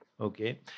okay